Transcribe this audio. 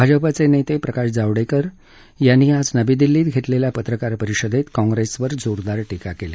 भाजपा नेते प्रकाश जावडेकर यांनी आज नवी दिल्लीत घेतलेल्या पत्रकार परिषदेत काँग्रेसवर जोरदार टीका केली